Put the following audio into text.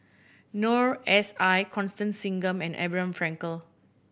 Noor S I Constance Singam and Abraham Frankel